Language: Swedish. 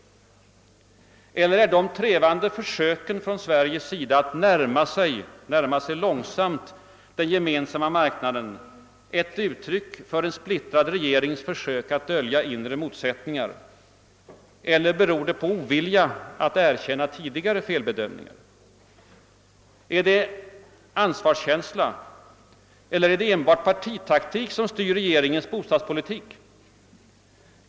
Eller är de trevande försöken från Sveriges sida att långsamt närma sig Gemensamma marknaden ett uttryck för en splittrad regerings försök att dölja inre motsättningar? Eller beror de på ovilja att erkänna tidigare felbedömningar? Är det ansvarskänsla eller är det enbart partitaktik som styr regeringens bostadspolitik?